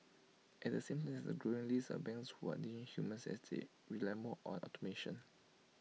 at the same time there's A growing list of banks who are ditching humans as they rely more on automation